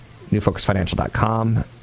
newfocusfinancial.com